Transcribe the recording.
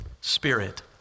spirit